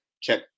check